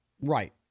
Right